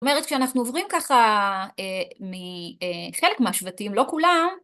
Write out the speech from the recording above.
זאת אומרת, כשאנחנו עוברים ככה מחלק מהשבטים, לא כולם,